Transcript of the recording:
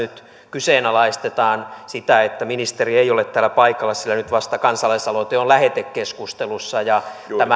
kyseenalaistetaan sitä että ministeri ei ole täällä paikalla sillä kansalaisaloite on nyt vasta lähetekeskustelussa tämä